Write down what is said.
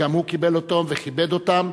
הוא גם קיבל אותם וכיבד אותם.